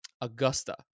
Augusta